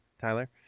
Tyler